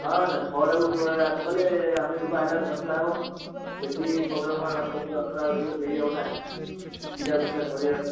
ହଁ ନା ଛଅଟାକୁ ଗଲେ ଆମେ ଗଲେ ଆମେ ଏଠୁ ବାହାରିଲା ବେଳକୁ ସାତୁଟା ହେବ ସେଠି ପ୍ରୋଗ୍ରାମ୍ ସବୁ ଆମର ହେଇ ଯେଉଁ ଦେଇ ହବନା ଦୁଇଟା ବେଳ ସୁଦ୍ଧା ସରିବାର ଅଛି